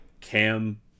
Cam